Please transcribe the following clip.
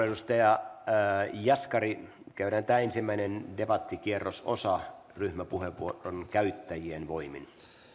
edustaja jaskari käydään tämä ensimmäinen debattikierrososa ryhmäpuheenvuoron käyttäjien voimin